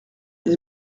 est